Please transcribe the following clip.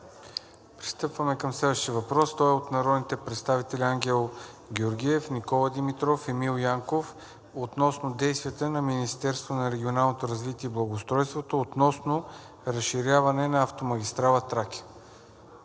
Пристъпваме към следващия въпрос. Той е от народните представители Ангел Георгиев, Никола Димитров, Емил Янков относно действията на Министерството на регионалното развитие и благоустройството относно разширяване на автомагистрала „Тракия“.